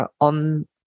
on